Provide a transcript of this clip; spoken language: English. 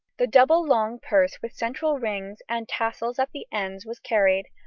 the double long purse with central rings and tassels at the ends was carried,